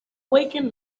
awaken